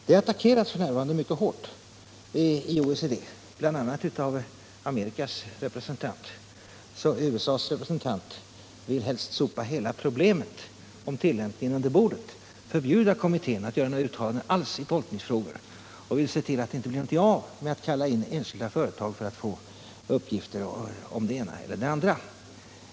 Det attackeras f. n. mycket hårt i OECD bl.a. av USA:s representant som helst vill sopa hela problemet om tillämpningen under bordet, förbjuda kommittén att göra några som helst uttalanden i tolkningsfrågor och se till att det inte blir någonting av att kalla in företrädare för enskilda företag för att få uppgifter om olika förhållanden.